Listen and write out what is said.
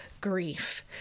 grief